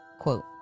quote